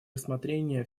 рассмотрения